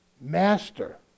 master